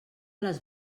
les